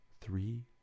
three